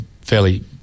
fairly